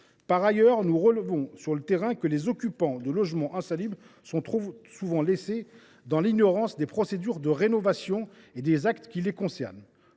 Par ailleurs, nous relevons sur le terrain que les occupants de logement insalubre sont trop souvent laissés dans l’ignorance des procédures de rénovation et des actes qui les concernent.